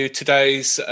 today's